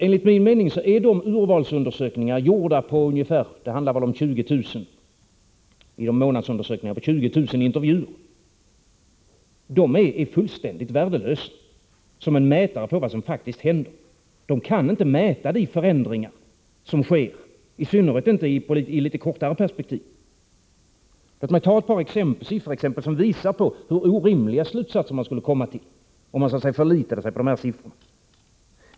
Enligt min mening är de urvalsundersökningar — det handlar om ungefär 20 000 månadsundersökningar grundade på 20 000 intervjuer — fullständigt värdelösa som mätare på vad som faktiskt händer. Dessa undersökningar kan inte mäta de förändringar som sker, i synnerhet inte i det kortare perspektivet. Låt mig ta ett par sifferexempel som visar på hur orimliga slutsatser man skulle komma till, om man förlitade sig på de här siffrorna.